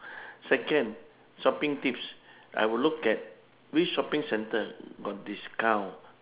second shopping tips I will look at which shopping center got discount